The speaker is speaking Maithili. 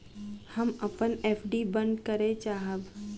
हम अपन एफ.डी बंद करय चाहब